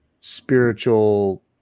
Spiritual